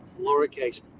lowercase